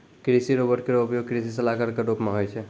कृषि रोबोट केरो उपयोग कृषि सलाहकार क रूप मे होय छै